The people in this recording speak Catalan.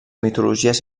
mitologies